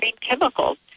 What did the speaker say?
chemicals